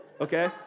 okay